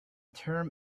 term